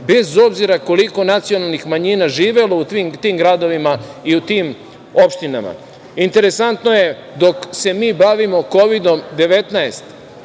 bez obzira koliko nacionalnih manjina živelo u tim gradovima i u tim opštinama. Interesantno je, dok se mi bavimo Kovidom-19